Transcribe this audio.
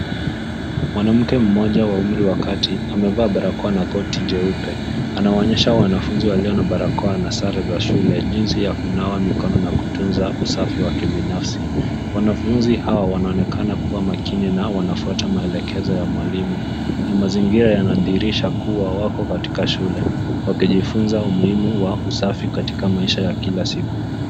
Mwanamke mmoja wa umri wa kati amevaa barakoa na koti jeupe. Anawaonesha wanafunzi walio na barakoa na sare za shule jinsi ya kunawa mikono na kutunza usafi wa kibinafsi. Wanafunzi hawa wanaonekana kuwa makini na wanafuata maelekezo ya mwalimu na mazingira yanadhihirisha kuwa wako katika shule wakijifunza umuhimu wa usafi katika maisha ya kila siku.